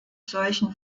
solchen